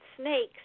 snakes